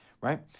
right